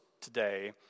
today